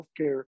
healthcare